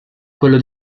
quello